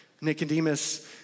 Nicodemus